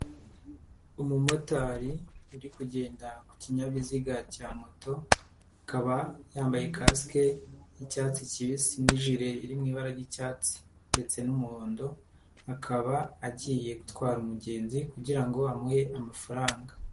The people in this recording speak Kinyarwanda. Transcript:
Umumotari uri kugenda ku kinyabiziga cya moto akaba yambaye kasike y'icyatsi kibisi n'ijire iri mu ibara ry'icyatsi ndetse n'umuhondo akaba agiye gutwara umugenzi kugira ngo amuhe amafaranga.